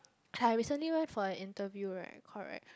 I recently went for an interview right correct